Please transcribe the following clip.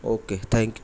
okay thank